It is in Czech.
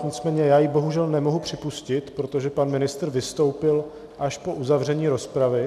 Nicméně já ji bohužel nemohu připustit, protože pan ministr vystoupil až po uzavření rozpravy.